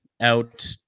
out